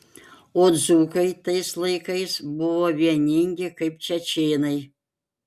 o dzūkai tais laikais buvo vieningi kaip čečėnai